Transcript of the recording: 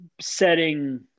setting